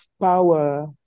power